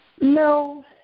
No